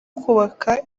kubaka